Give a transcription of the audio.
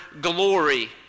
glory